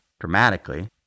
dramatically